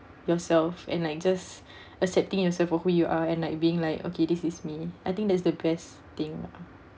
yourself and like just accepting yourself for who you are and like being like okay this is me I think that's the best thing lah